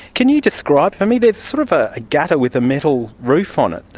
can you describe for me, there's sort of ah a gutter with a metal roof on it,